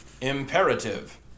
imperative